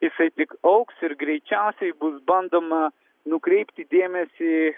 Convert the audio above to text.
jisai tik augs ir greičiausiai bus bandoma nukreipti dėmesį